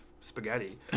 spaghetti